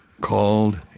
called